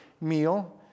meal